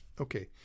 Okay